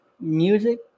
music